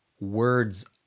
words